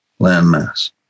landmass